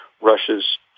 Russia's